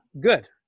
Good